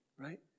Right